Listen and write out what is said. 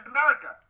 America